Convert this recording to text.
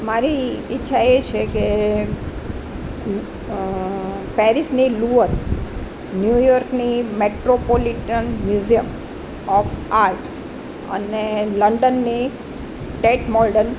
મારી ઈચ્છા એ છે કે પેરિસની લૂવત ન્યુયોર્કના મેટ્રોપોલિટન મ્યુઝિયમ ઓફ આર્ટ અને લંડનની ટેક મોર્ડન